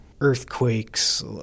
earthquakes